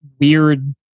weird